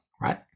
right